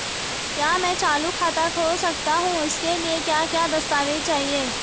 क्या मैं चालू खाता खोल सकता हूँ इसके लिए क्या क्या दस्तावेज़ चाहिए?